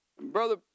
brother